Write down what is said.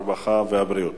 הרווחה והבריאות.